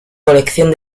colección